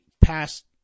passed